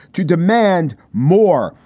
to demand more.